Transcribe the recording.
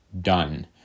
done